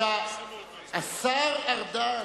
השר ארדן,